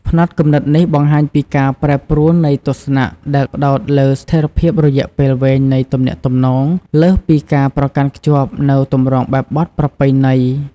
ផ្នត់គំនិតនេះបង្ហាញពីការប្រែប្រួលនៃទស្សនៈដែលផ្ដោតលើស្ថិរភាពរយៈពេលវែងនៃទំនាក់ទំនង លើសពីការប្រកាន់ខ្ជាប់នូវទម្រង់បែបបទប្រពៃណី។